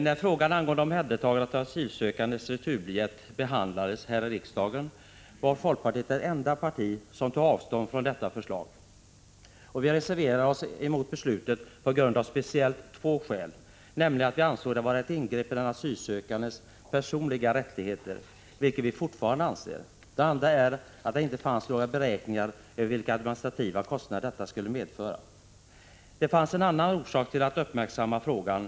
När frågan om omhändertagande av asylsökandes returbiljett behandlades här i riksdagen var folkpartiet det enda parti som tog avstånd från förslaget härom. Vi reserverade oss mot beslutet av två speciella skäl. Vi ansåg för det första att det var fråga om ett ingrepp i den asylsökandes personliga rättigheter, vilket vi fortfarande anser. För det andra fanns det inga beräkningar av vilka administrativa kostnader beslutet skulle komma att medföra. Det finns också en annan orsak att uppmärksamma frågan.